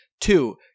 Two